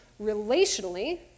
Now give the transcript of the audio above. relationally